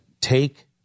take